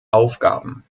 aufgaben